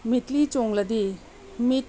ꯃꯤꯠꯂꯤ ꯆꯣꯡꯂꯗꯤ ꯃꯤꯠ